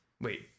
Wait